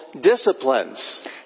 Disciplines